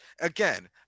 Again